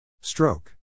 Stroke